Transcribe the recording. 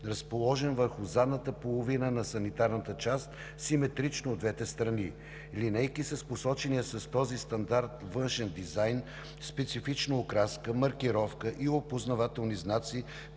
разположен върху задната половина на санитарната част, симетрично от двете страни. Линейки с посочения с този стандарт външен дизайн, специфична окраска, маркировка и опознавателни знаци